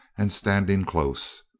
and, standing close,